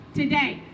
today